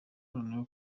noneho